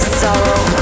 sorrow